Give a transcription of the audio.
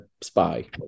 spy